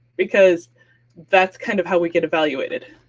because that's kind of how we get evaluated.